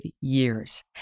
years